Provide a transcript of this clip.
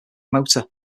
motor